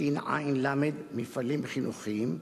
ש.ע.ל מפעלים חינוכיים",